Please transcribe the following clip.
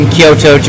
Kyoto